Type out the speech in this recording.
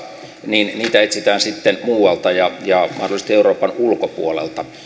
niin niitä etsitään sitten muualta ja mahdollisesti euroopan ulkopuolelta